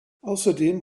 außerdem